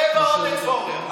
רבע עודד פורר.